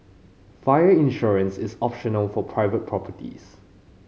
fire insurance is optional for private properties